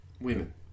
Women